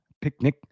picnic